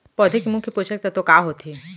पौधे के मुख्य पोसक तत्व का होथे?